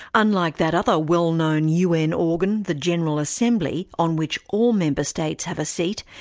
unlike that other well-known un organ, the general assembly, on which all member states have a seat,